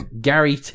Gary